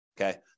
okay